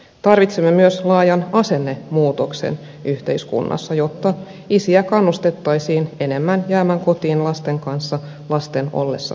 tarvitsemme myös laajan asennemuutoksen yhteiskunnassa jotta isiä kannustettaisiin enemmän jäämään kotiin lasten kanssa lasten ollessa pieniä